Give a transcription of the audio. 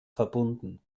verbunden